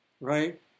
Right